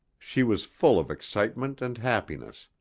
she was full of excitement and happiness,